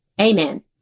Amen